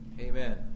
amen